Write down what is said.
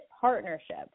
partnership